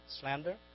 slander